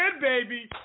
baby